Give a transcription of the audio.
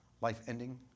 life-ending